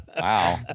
Wow